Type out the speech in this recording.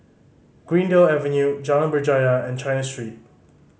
Greendale Avenue Jalan Berjaya and China Street